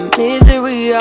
misery